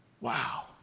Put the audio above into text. Wow